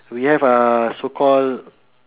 we have uh so called